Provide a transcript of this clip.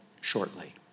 shortly